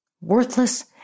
worthless